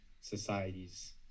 societies